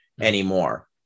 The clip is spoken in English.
anymore